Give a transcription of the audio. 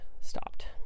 stopped